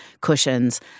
cushions